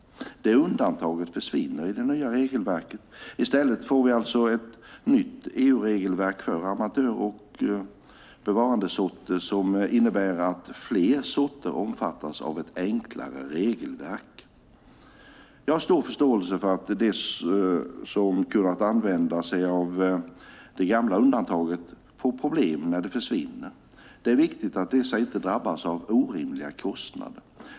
Det undantaget försvinner i det nya regelverket. I stället får vi alltså ett nytt EU-regelverk för amatör och bevarandesorter som innebär att fler sorter omfattas av ett enklare regelverk. Jag har stor förståelse för att de som har kunnat använda sig av det gamla undantaget får problem när detta försvinner. Det är viktigt att dessa inte drabbas av orimliga kostnader.